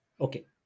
okay